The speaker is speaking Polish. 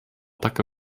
taka